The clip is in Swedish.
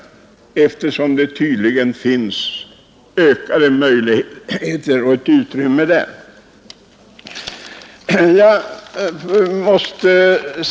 Det finns tydligen ett utrymme för detta.